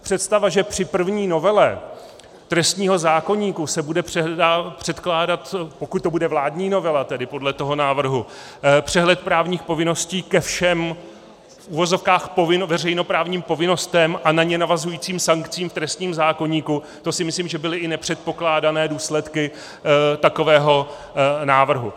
Představa, že při první novele trestního zákoníku se bude předkládat, pokud to bude vládní novela, tedy podle toho návrhu, přehled právních povinností ke všem v uvozovkách veřejnoprávním povinnostem a na ně navazujícím sankcím v trestním zákoníku, to si myslím, že byly i nepředpokládané důsledky takového návrhu.